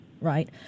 right